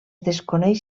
desconeix